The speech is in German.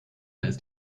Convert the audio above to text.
ist